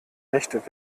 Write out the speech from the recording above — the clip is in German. nicht